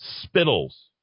spittles